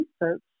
research